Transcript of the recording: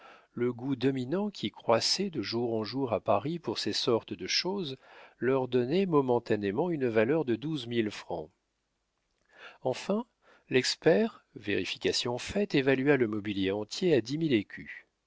le goût dominant qui croissait de jour en jour à paris pour ces sortes de choses leur donnait momentanément une valeur de douze mille francs enfin l'expert vérification faite évalua le mobilier entier à dix mille écus